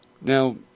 Now